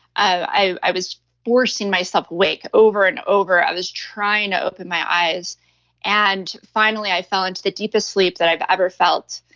i i was forcing myself awake over and over. i was trying to open my eyes and finally, i fell into the deepest sleep that i've ever felt.